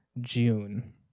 june